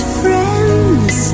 friends